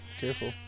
Careful